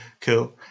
Cool